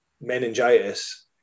meningitis